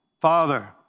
Father